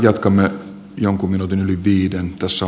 jatkamme jonkun minuutin yli viiden